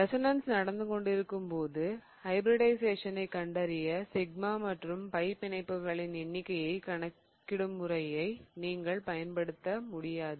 resonance நடந்துகொண்டிருக்கும்போது ஹைபிரிடிஷயேசனை கண்டறிய சிக்மா மற்றும் பை பிணைப்புகளின் எண்ணிக்கையை கணக்கிடும் முறையை நீங்கள் பயன்படுத்த முடியாது